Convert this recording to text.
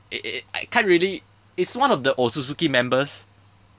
it it it I can't really it's one of the otsutsuki members